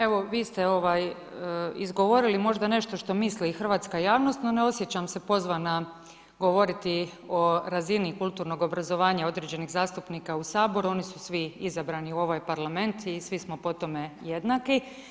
Evo vi ste izgovorili možda nešto što misli i hrvatska javnost, no ne osjećam se pozvana govoriti o razini kulturnog obrazovanja određenih zastupnika u Saboru, oni su svih izabrani u ovaj Parlament i svi smo po tome jednaki.